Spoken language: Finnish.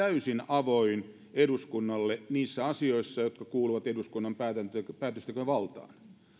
täysin avoin eduskunnalle niissä asioissa jotka kuuluvat eduskunnan päätöksentekovaltaan